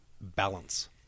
balance